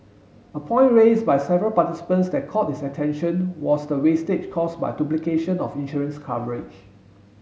a point raised by several participants that caught his attention was the wastage caused by duplication of insurance coverage